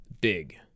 big